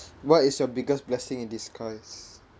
what is your biggest blessing in disguise